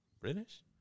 British